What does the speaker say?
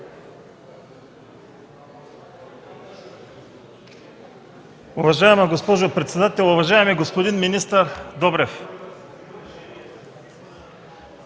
Уважаема госпожо председател, уважаеми господин министър Добрев,